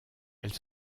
elle